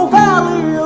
valley